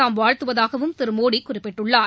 தாம் வாழ்த்துவதாகவும் திரு மோடி குறிப்பிட்டுள்ளார்